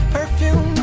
Perfume